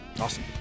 Awesome